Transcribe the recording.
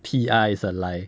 P_R is a lie